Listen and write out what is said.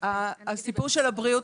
הסיפור של הבריאות,